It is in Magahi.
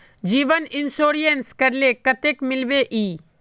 जीवन इंश्योरेंस करले कतेक मिलबे ई?